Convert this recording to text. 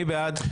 מי בעד?